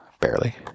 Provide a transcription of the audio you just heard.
Barely